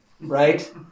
right